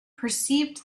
perceived